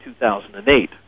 2008